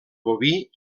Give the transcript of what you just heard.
boví